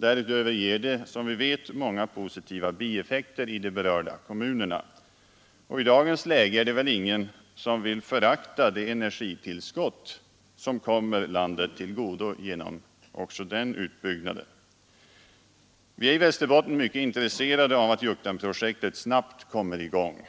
Därutöver ger det, som vi vet, många positiva bieffekter i de berörda kommunerna. Och i dagens läge är det väl ingen som vill förakta det energitillskott som kommer landet till godo också genom denna utbyggnad. Vi är i Västerbotten mycket intresserade av att Juktanprojektet snabbt kommer i gång,